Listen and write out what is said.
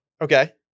Okay